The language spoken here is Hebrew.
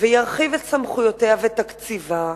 וירחיב את סמכויותיה ותקציבה,